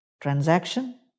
transaction